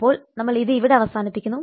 അപ്പോൾ നമ്മൾ ഇത് ഇവിടെ അവസാനിപ്പിക്കുന്നു